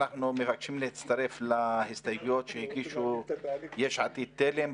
אנחנו מבקשים להצטרף להסתייגויות שהגישו יש עתיד-תל"ם,